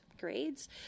Grades